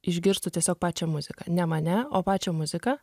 išgirstų tiesiog pačią muziką ne mane o pačią muziką